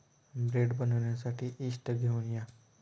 bread बनवण्यासाठी yeast घेऊन या